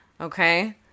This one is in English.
okay